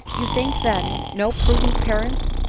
you think, then, no prudent parents,